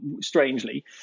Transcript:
strangely